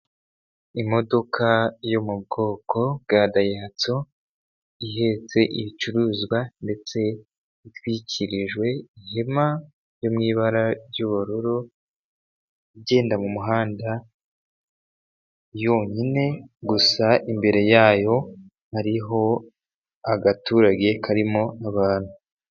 Imodoka yo mu bwoko bwa dayihatso ihetse ibicuruzwa ndetse itwikirijwe ihema ryo mu ibara ry'ubururu, igenda mu muhanda yonyine, gusa imbere yayo hariho agaturage karimo abantu.